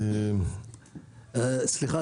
סליחה,